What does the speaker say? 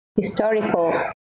historical